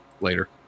later